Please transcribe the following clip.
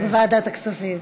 בוועדת הכספים.